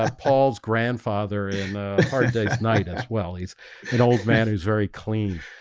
paul's grandfather in a hard day's night as well he's an old man who's very clean